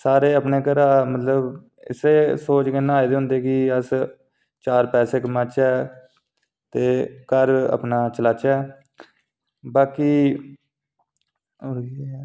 सारे अपने घरा मतलब इस्सै सोच कन्नै आए दे होंदे कि अस चार पैसे कमाचै ते घर अपना चलाचै बाकी